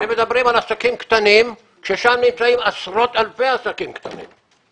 הם מדברים על עסקים קטנים כאשר שם נמצאים עשרות אלפי עסקים קטנים.